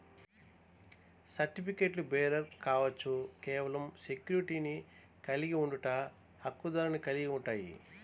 సర్టిఫికెట్లుబేరర్ కావచ్చు, కేవలం సెక్యూరిటీని కలిగి ఉండట, హక్కుదారుని కలిగి ఉంటాయి,